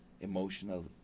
emotional